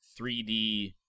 3D